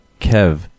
Kev